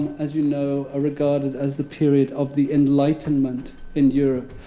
as you know, are regarded as the period of the enlightenment in europe.